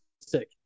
sick